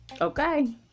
okay